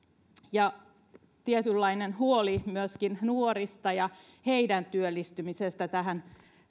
tietynlainen huoli myöskin nuorista ja heidän työllistymisestään tähän